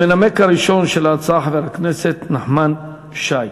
המנמק הראשון של ההצעה, חבר הכנסת נחמן שי,